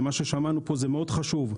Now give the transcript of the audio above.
ומה ששמענו כאן הוא חשוב מאוד,